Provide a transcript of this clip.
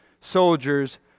soldiers